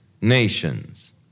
nations